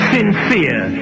sincere